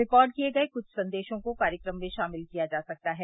record किए गए कुछ संदेशों को कार्यक्रम में शामिल किया जा सकता है